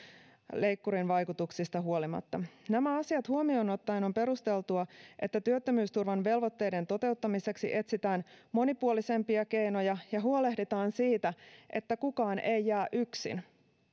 leikkurin vaikutuksista huolimatta nämä asiat huomioon ottaen on perusteltua että työttömyysturvan velvoitteiden toteuttamiseksi etsitään monipuolisempia keinoja ja huolehditaan siitä että kukaan ei jää yksin